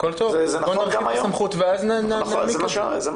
הכל טוב בוא נרחיב את הסמכות ו --- זה מה שאמרתי.